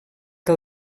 que